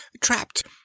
Trapped